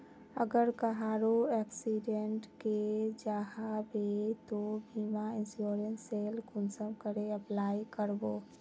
अगर कहारो एक्सीडेंट है जाहा बे तो बीमा इंश्योरेंस सेल कुंसम करे अप्लाई कर बो?